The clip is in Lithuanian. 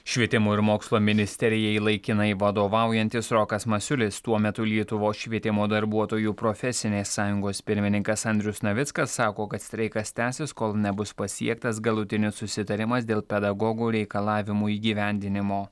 švietimo ir mokslo ministerijai laikinai vadovaujantis rokas masiulis tuo metu lietuvos švietimo darbuotojų profesinės sąjungos pirmininkas andrius navickas sako kad streikas tęsis kol nebus pasiektas galutinis susitarimas dėl pedagogų reikalavimų įgyvendinimo